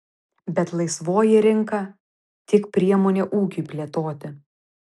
bet laisvoji rinka tik priemonė ūkiui plėtoti